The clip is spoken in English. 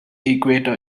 equator